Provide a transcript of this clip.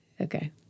Okay